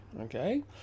Okay